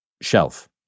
shelf